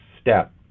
step